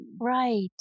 Right